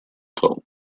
kong